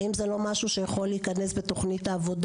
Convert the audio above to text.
האם זה לא משהו שיכול להיכנס בתוכנית העבודה